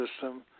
system